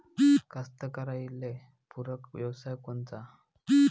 कास्तकाराइले पूरक व्यवसाय कोनचा?